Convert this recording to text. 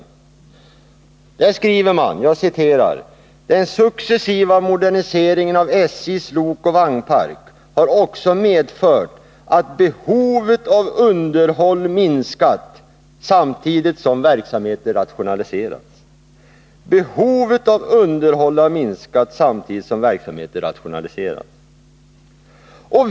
I betänkandet skriver utskottsmajoriteten: ”Den successiva moderniseringen av SJ:s lokoch vagnpark har också medfört att behovet av underhåll minskat samtidigt som verksamheten rationaliserats.